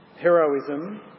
heroism